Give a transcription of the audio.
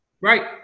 Right